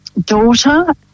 daughter